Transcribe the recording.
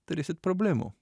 turėsit problemų